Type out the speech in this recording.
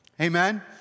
Amen